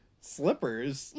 slippers